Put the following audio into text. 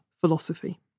philosophy